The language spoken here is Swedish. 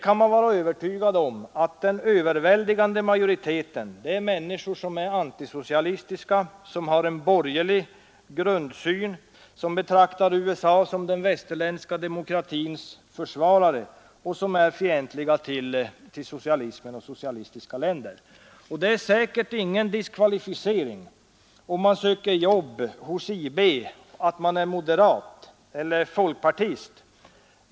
Man kan vara övertygad om att en överväldigande majoritet av IB:s och SÄPO:s folk är antisocialistiska, att de har en borgerlig grundsyn och betraktar USA som den västerländska demokratins försvarare samt att de är fientligt inställda till socialistiska länder. Man blir säkert inte diskvalificerad för arbete hos IB om man är moderat eller folkpartist.